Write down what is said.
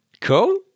Cool